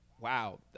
wow